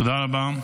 תודה רבה.